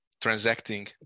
transacting